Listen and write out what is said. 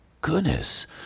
goodness